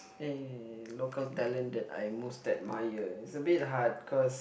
I most admire uh local talent that I most admire is a bit hard cause